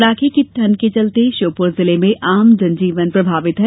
कड़ाके की ठंड के चलते श्योपुर जिले में आम जनजीवन प्रभावित है